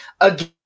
again